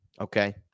okay